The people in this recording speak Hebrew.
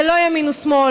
זה לא ימין או שמאל.